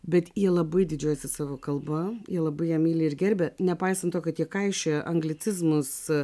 bet jie labai didžiuojasi savo kalba jie labai ją myli ir gerbia nepaisant to kad jie kaišioja anglicizmus